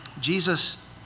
Jesus